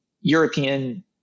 European